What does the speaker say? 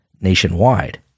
nationwide